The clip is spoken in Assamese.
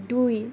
দুই